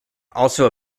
also